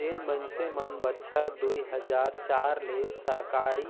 जेन मइनसे मन बछर दुई हजार चार ले सरकारी